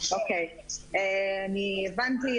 אני הבנתי,